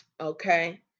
okay